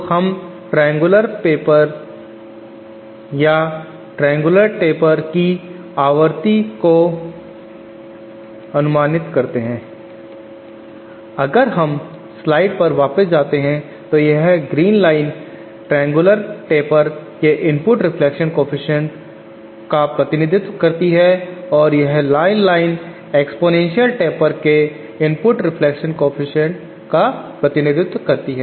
तो हम triangular taper शंकु function या ट्रायंगूलर टेपर शंकु की फ्रीक्वेंसी आवर्ती को अनुमानित करते हैं अगर हम इस स्लाइड पर वापस जाते हैं तो यह ग्रीन लाइन ट्रायंगूलर टेपर के इनपुट रिफ्लेक्शन कॉएफिशिएंट का प्रतिनिधित्व करती है और यह लाल लाइन एक्स्पोनेंशियल टेपर के इनपुट रिफ्लेक्शन कॉएफिशिएंट का प्रतिनिधित्व करती है